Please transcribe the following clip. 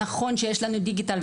נכון שיש לנו דיגיטל,